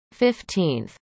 15th